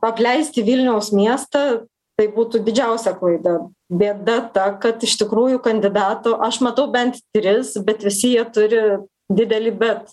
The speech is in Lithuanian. atleiski vilniaus miestą tai būtų didžiausia klaida bėda ta kad iš tikrųjų kandidato aš matau bent tris bet visi jie turi didelį bet